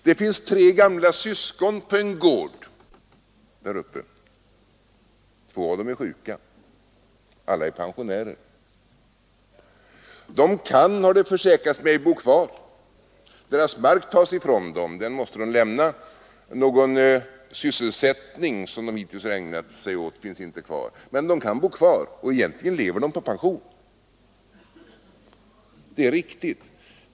Det finns tre gamla syskon på en gård där — två av dem är sjuka och alla är pensionärer. De kan, har det försäkrats mig, bo kvar. Deras mark tas ifrån dem — den måste de lämna. Någon sysselsättning som de hittills ägnat sig åt finns inte kvar. Men de kan bo kvar, och egentligen lever de på pension. Det är riktigt.